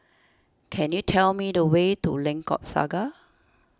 can you tell me the way to Lengkok Saga